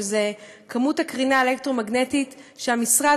שזו כמות הקרינה האלקטרומגנטית שהמשרד